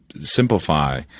simplify